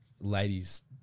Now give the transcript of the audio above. ladies